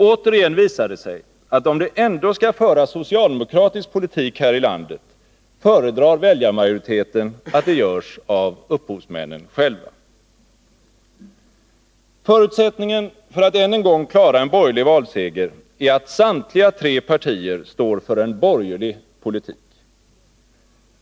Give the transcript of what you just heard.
Återigen visar det sig, att om det ändå skall föras socialdemokratisk politik här i landet, föredrar väljarmajoriteten att det görs av upphovsmännen själva. Förutsättningen för att än en gång klara en borgerlig valseger är att samtliga tre partier står för en borgerlig politik.